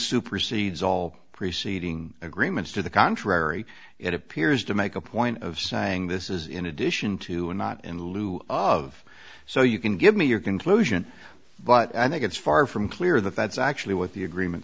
supersedes all preceding agreements to the contrary it appears to make a point of saying this is in addition to and not in lieu of so you can give me your conclusion but i think it's far from clear that that's actually what the agreement